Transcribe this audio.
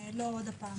לא שוב.